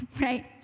right